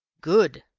good!